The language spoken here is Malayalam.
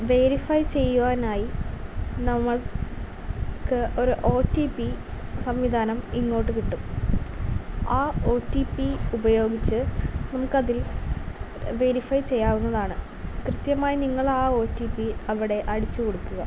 വേരിഫൈ ചെയ്യുവാനായി നമ്മൾക്ക് ഒരു ഒ ടി പി സംവിധാനം ഇങ്ങോട്ട് കിട്ടും ആ ഒ ടി പി ഉപയോഗിച്ച് നമുക്ക് അതിൽ വേരിഫൈ ചെയ്യാവുന്നതാണ് കൃത്യമായി നിങ്ങൾ ആ ഒ ടി പി അവിടെ അടിച്ചു കൊടുക്കുക